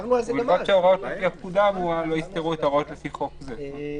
ובלבד שההוראות לפי הפקודה האמורה לא יסתרו את ההוראות לפי חוק זה".